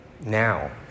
Now